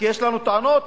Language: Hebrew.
כי יש לנו טענות,